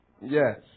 Yes